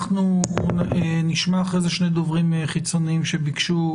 אנחנו נשמע אחר כך שני דוברים חיצוניים שביקשו,